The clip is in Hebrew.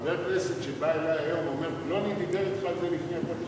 חבר כנסת שבא אלי היום אומר: פלוני דיבר אתך על זה לפני חודש.